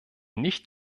nicht